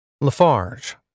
Lafarge